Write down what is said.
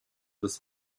des